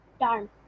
Darn